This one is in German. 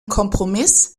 kompromiss